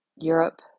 Europe